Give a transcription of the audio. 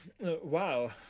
wow